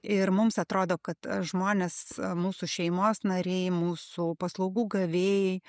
ir mums atrodo kad žmonės mūsų šeimos nariai mūsų paslaugų gavėjai